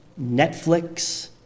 Netflix